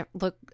look